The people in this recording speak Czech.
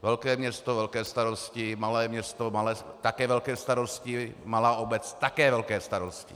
Velké město, velké starosti, malé město, také velké starosti, malá obec, také velké starosti.